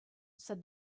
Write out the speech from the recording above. said